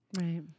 Right